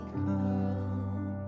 come